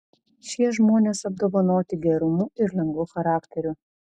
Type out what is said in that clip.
šie žmonės apdovanoti gerumu ir lengvu charakteriu